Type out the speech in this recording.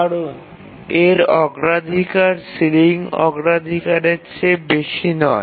কারণ এর অগ্রাধিকার সিলিং অগ্রাধিকারের চেয়ে বেশি নয়